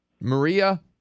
Maria